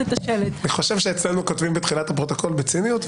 בשביל הפרוטוקול, המחלקה המשפטית, בנק ישראל.